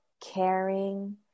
caring